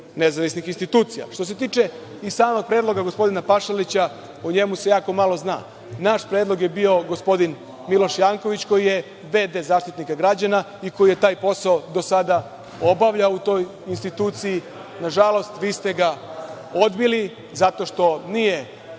nezavisnih institucija. Što se tiče i samog predloga gospodina Pašalića, o njemu se jako malo zna. Naš predlog je bio gospodin Miloš Janković koji je v.d. Zaštitnika građana i koji je taj posao do sada obavljao u toj instituciji. Nažalost, vi ste ga odbili zato što nije